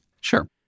Sure